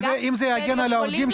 אם זה יגן על העובדים,